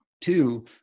Two